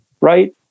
right